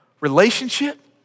relationship